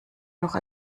noch